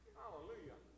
hallelujah